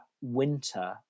winter